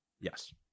Yes